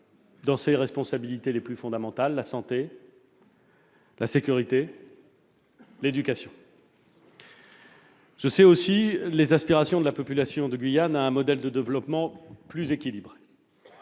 dans ses responsabilités les plus fondamentales : la santé, la sécurité et l'éducation. Je sais aussi les aspirations de la population de Guyane à un modèle de développement plus équilibré.